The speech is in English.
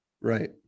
Right